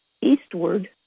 eastward